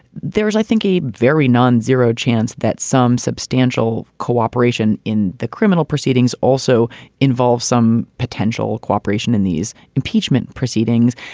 there was, i think, a very non-zero chance that some substantial cooperation in the criminal proceedings also involved some potential cooperation in these impeachment proceedings,